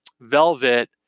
velvet